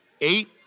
eight